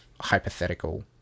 hypothetical